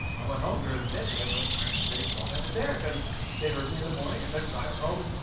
i went home during the mid-day. but they thought i was there! cause they heard me in the morning, and they're driving home and,